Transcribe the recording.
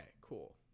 cool